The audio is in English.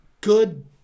good